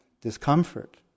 discomfort